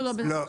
לא.